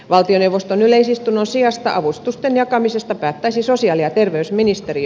valtioneuvoston yleisistunnon sijasta avustusten jakamisesta päättäisi sosiaali ja terveysministeriö